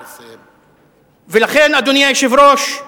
ולכן, אדוני היושב-ראש,